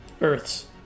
Earth's